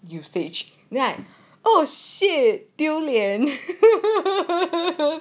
usage no oh shit 丢脸